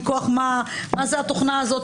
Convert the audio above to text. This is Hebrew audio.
מה זה התוכנה הזו,